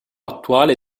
attuale